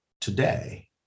today